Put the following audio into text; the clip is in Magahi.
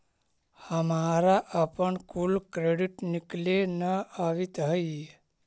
हमारा अपन कुल क्रेडिट निकले न अवित हई